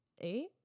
eight